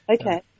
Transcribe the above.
Okay